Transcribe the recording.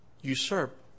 usurp